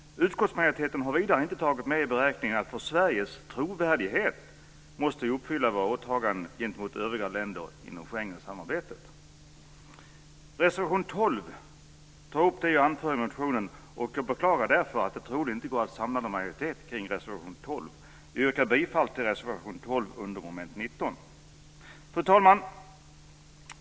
Utskottsmajoriteten har vidare inte tagit med i beräkningen att vi för Sveriges trovärdighets skull måste uppfylla våra åtaganden gentemot övriga länder inom Schengensamarbetet. I reservation 12 tas det jag anför i motionen upp, och jag beklagar därför att det troligen inte går att samla någon majoritet kring reservation 12. Jag yrkar bifall till reservation 12 under mom. 19. Fru talman!